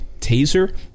Taser